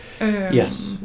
Yes